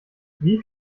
wie